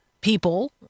people